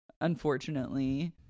unfortunately